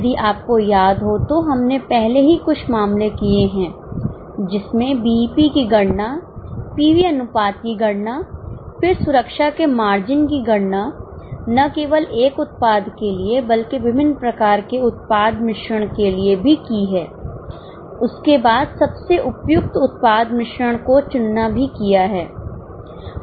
यदि आपको याद हो तो हमने पहले ही कुछ मामले किए हैं जिसमें बीईपी की गणना पीवी अनुपात की गणना फिर सुरक्षा के मार्जिन की गणना न केवल एक उत्पाद के लिए बल्कि विभिन्न प्रकार के उत्पाद मिश्रण के लिए भी की है उसके बाद सबसे उपयुक्त उत्पाद मिश्रण को चुनना भी किया है